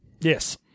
Yes